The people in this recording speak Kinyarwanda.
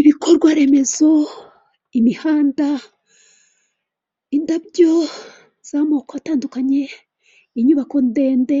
Ibikorwaremezo, imihanda, indabyo z'amoko atandukanye, inyubako ndende,